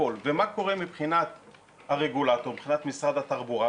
ומה קורה מבחינת הרגולטור, מבחינת משרד התחבורה?